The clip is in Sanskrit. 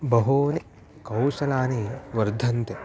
बहूनि कौशलानि वर्धन्ते